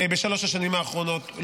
בשלוש השנים האחרונות.